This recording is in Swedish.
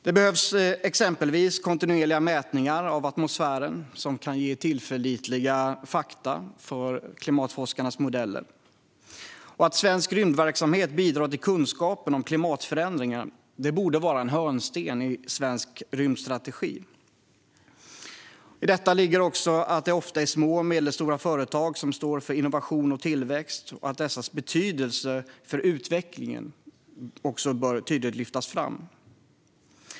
Det behövs exempelvis kontinuerliga mätningar av atmosfären, som kan ge tillförlitliga fakta för klimatforskarnas modeller. Att svensk rymdverksamhet bidrar till kunskapen om klimatförändringar borde vara en hörnsten i svensk rymdstrategi. I detta ligger också att det ofta är små och medelstora företag som står för innovation och tillväxt och att dessas betydelse för utvecklingen tydligt bör lyftas fram.